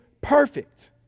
perfect